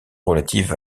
relative